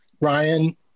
Ryan